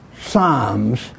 Psalms